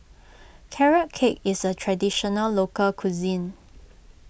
Carrot Cake is a Traditional Local Cuisine